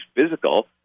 physical